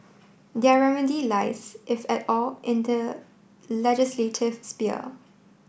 their remedy lies if at all in the legislative sphere